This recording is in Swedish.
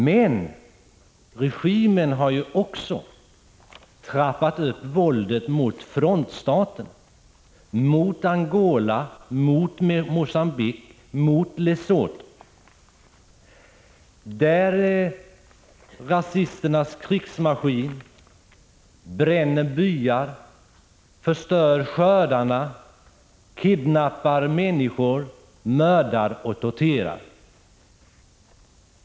Men regimen har också trappat upp våldet mot frontstaterna — Angola, Mogambique och Lesotho. I dessa länder bränner rasisternas krigsmaskin byar, förstör skördar, kidnappar människor, mördar och torterar.